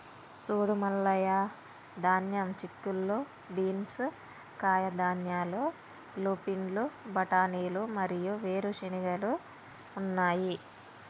సూడు మల్లయ్య ధాన్యం, చిక్కుళ్ళు బీన్స్, కాయధాన్యాలు, లూపిన్లు, బఠానీలు మరియు వేరు చెనిగెలు ఉన్నాయి